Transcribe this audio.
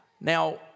Now